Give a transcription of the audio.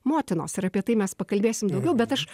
motinos ir apie tai mes pakalbėsim daugiau bet aš